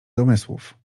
domysłów